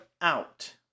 out